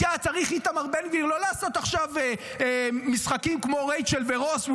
היה צריך איתמר בן גביר לא לעשות עכשיו משחקים כמו רייצ'ל ורוס,